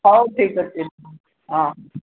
ହଉ ଠିକ୍ ଅଛି ହଁ